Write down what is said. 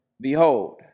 Behold